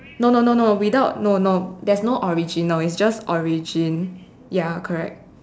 no no no no without no no there's no original it's just origin ya correct